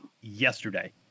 yesterday